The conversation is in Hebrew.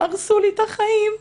הרסו לי את החיים.